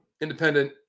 independent